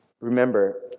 Remember